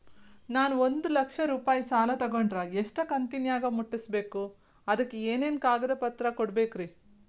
ನಾನು ಒಂದು ಲಕ್ಷ ರೂಪಾಯಿ ಸಾಲಾ ತೊಗಂಡರ ಎಷ್ಟ ಕಂತಿನ್ಯಾಗ ಮುಟ್ಟಸ್ಬೇಕ್, ಅದಕ್ ಏನೇನ್ ಕಾಗದ ಪತ್ರ ಕೊಡಬೇಕ್ರಿ?